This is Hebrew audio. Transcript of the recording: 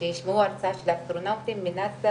שישמעו הרצאה של אסטרונאוטים מנאס"א